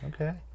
okay